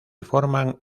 forman